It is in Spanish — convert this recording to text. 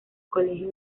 colegio